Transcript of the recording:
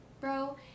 bro